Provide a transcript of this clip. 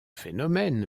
phénomène